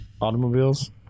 automobiles